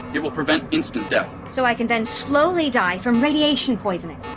it will prevent instant death so i can then slowly die from radiation poisoning?